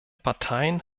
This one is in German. parteien